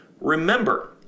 remember